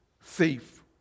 safe